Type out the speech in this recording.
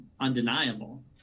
undeniable